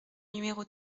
numéro